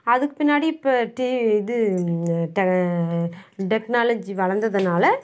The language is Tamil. அதுக்கு பின்னாடி இப்போ டெ இது இந்த டெ டெக்னாலஜி வளர்ந்ததுனால